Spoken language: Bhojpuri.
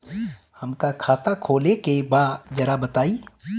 हमका खाता खोले के बा जरा बताई?